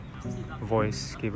voice